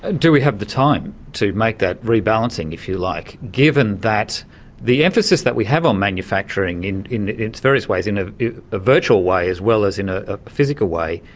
ah do we have the time to make that rebalancing, if you like, given that the emphasis that we have on manufacturing in in its various ways, in ah a virtual way as well as in ah a physical way,